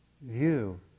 view